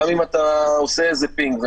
גם אם אתה עושה איזה פינג,